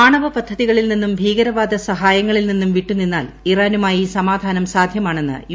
ആണവ പദ്ധതികളിൽ നിന്നും ഭ്യീക്ട്രവാദ സഹായങ്ങളിൽ നിന്നും വിട്ടു നിന്നാൽ ഇറാനുമായി സമാധാനം സാധ്യമാണെന്ന് യു